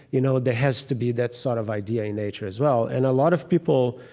you know there has to be that sort of idea in nature as well. and a lot of people,